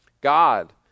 God